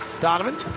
Donovan